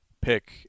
pick